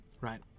right